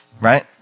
right